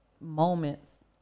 moments